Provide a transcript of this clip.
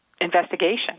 investigation